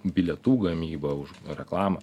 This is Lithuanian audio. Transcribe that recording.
bilietų gamybą už reklamą